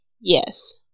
Yes